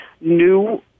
new